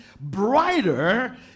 brighter